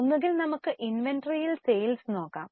ഒന്നുകിൽ നമുക്ക് ഇൻവെന്ററിയിൽ സെയിൽസ് നോക്കാം